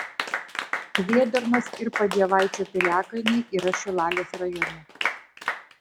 kvėdarnos ir padievaičio piliakalniai yra šilalės rajone